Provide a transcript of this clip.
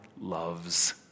loves